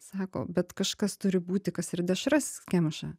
sako bet kažkas turi būti kas ir dešras kemša